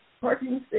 parking